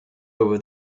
over